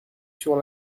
sur